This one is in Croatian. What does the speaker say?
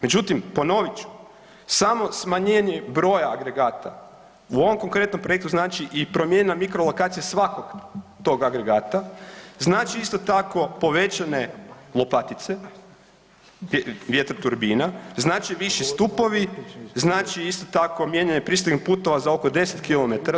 Međutim, ponovit ću samo smanjenje broja agregata u ovom konkretnom projektu znači i promjena mikrolokacije svakog tog agregata znači isto tako povećane lopatice vjetroturbina, znači viši stupovi, znači isto tako pristupnih putova za oko 10 kilometara.